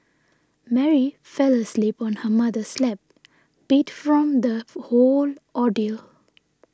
Mary fell asleep on her mother's lap beat from the whole ordeal